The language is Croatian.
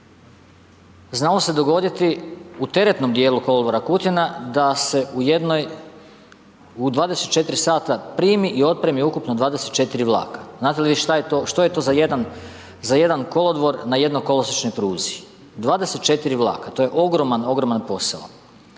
Znalo se dogoditi u teretnom djelu kolodvora Kutina da se u jednoj, u 24 sata primi i otpremi ukupno 24 vlaka. Znate li vi šta je to za jedan kolodvor na jednokolosiječnoj pruzi? 24 vlaka, to je ogroman, ogroman posao.